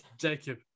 Jacob